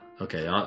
Okay